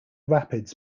rapids